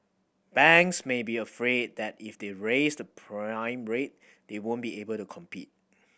banks may be afraid that if they raise the prime rate they won't be able to compete